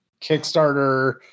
Kickstarter